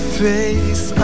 face